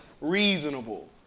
reasonable